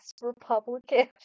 Republican